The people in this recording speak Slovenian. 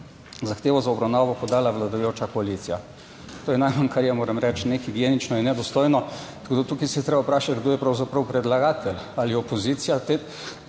zahtevo za obravnavo podala vladajoča koalicija. To je najmanj, kar je, moram reči, nehigienično in nedostojno, tako da tukaj se je treba vprašati, kdo je pravzaprav predlagatelj, ali opozicija,